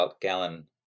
gallon